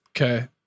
okay